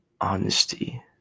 honesty